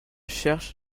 cherche